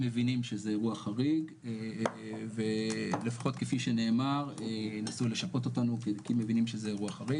מבינים שזה אירוע חריג ולפחות כפי שנאמר ינסו כי מבינים שזה אירוע חריג.